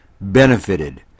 benefited